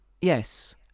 yes